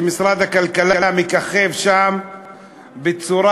שמשרד הכלכלה מככב שם בצורה,